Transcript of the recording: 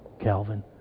Calvin